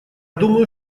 думаю